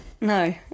No